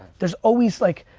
there's always, like,